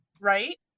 right